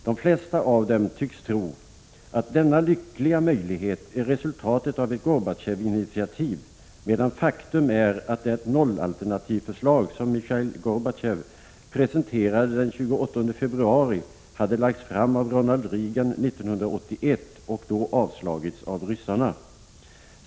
De flesta av dem tycks tro att denna lyckliga möjlighet är resultatet av ett ”Gorbatjovinitiativ”, medan faktum är att det nollalternativförslag som Michail Gorbatjov presenterade den 28 februari hade lagts fram av Ronald Reagan 1981 och då avslagits av ryssarna.